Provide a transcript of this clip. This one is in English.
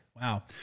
Wow